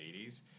80s